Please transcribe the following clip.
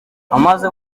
amaze